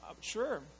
sure